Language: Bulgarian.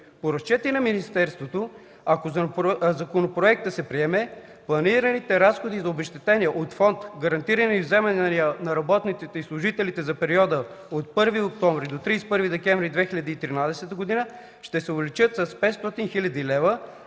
По разчети на министерството, ако законопроектът се приеме, планираните разходи за обезщетения от Фонд „Гарантирани вземания на работниците и служителите” за периода от 1 октомври до 31 декември 2013 г. ще се увеличат с 500 хил. лв.,